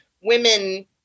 women